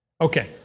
Okay